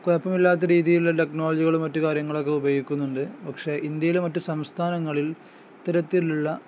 കുഴപ്പമില്ലാത്ത രീതിയിലുള്ള ടെക്നോളജികളും മറ്റു കാര്യങ്ങളൊക്കെ ഉപയോഗിക്കുന്നുണ്ട് പക്ഷെ ഇന്ത്യയില് മറ്റു സംസ്ഥാനങ്ങളിൽ ഇത്തരത്തിലുള്ള